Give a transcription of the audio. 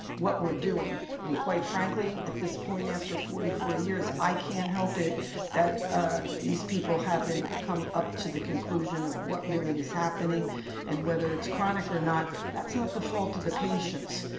what we're doing and quite frankly, at this point after forty four years, i can't help it that these people haven't come up to the conclusion of what really is happening and whether it's chronic or not. that's not the fault of the patients.